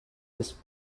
this